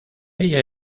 ella